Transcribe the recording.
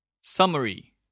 Summary